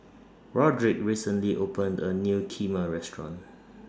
Roderick recently opened A New Kheema Restaurant